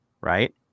right